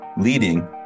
leading